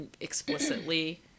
explicitly